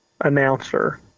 announcer